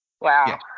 wow